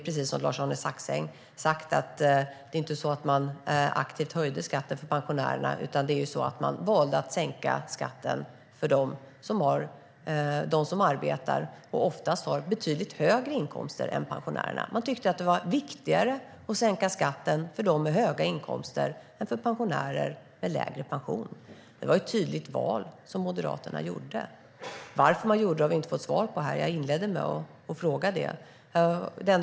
Precis som Lars-Arne Staxäng sa höjde man inte aktivt skatten för pensionärerna, men man valde att sänka skatten för dem som arbetar och ofta har betydligt högre inkomst än pensionärerna. Man tyckte att det var viktigare att sänka skatten för dem med höga inkomster än för pensionärer med lägre pension. Det var ett tydligt val som Moderaterna gjorde. Varför man gjorde det har jag inte fått svar på. Jag inledde med att fråga det.